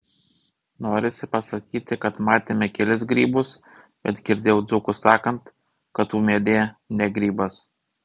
norisi pasakyti kad matėme kelis grybus bet girdėjau dzūkus sakant kad ūmėdė ne grybas